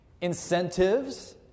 Incentives